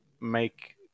make